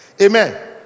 Amen